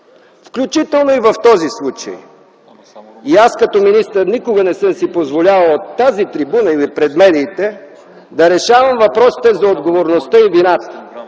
включително и в този случай. И аз като министър никога не съм си позволявал от тази трибуна или пред медиите да решавам въпросите за отговорността и вината